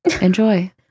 Enjoy